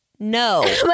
No